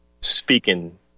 speaking